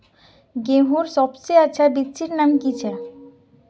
गेहूँर सबसे अच्छा बिच्चीर नाम की छे?